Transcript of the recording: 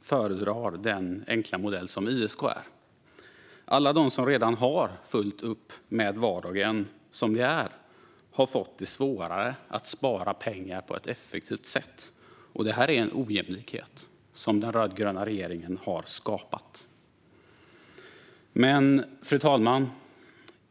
föredrar den enkla modell som ISK är. Alla dem som redan har fullt upp med vardagen som det är har fått det svårare att spara pengar på ett effektivt sätt. Det är en ojämlikhet som den rödgröna regeringen har skapat. Fru talman!